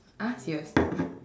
ah serious